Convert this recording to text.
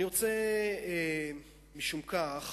משום כך